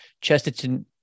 Chesterton